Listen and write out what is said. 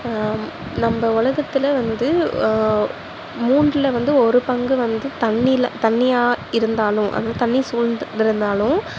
நம்ப உலகத்தில் வந்து மூன்றில் வந்து ஒரு பங்கு வந்து தண்ணியில் தண்ணியாக இருந்தாலும் அது தண்ணி சூழ்ந்து இருந்தாலும்